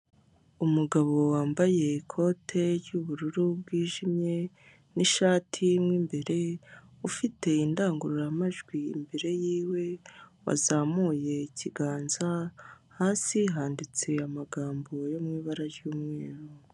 Umugabo wambaye ikote ry'ubururu bwijimye n'ishati mo imbere, ufite indangururamajwi imbere y'iwe, wazamuye ikiganza, hasi handitse amagambo yo mu ibara ry'umweru.